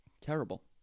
Terrible